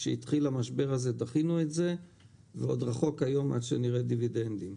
כשהתחיל משבר הקורונה דחינו את זה ועוד רחוק היום עד שנראה דיבידנדים.